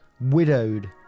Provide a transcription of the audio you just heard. widowed